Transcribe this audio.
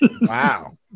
wow